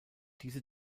diese